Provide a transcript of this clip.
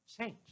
change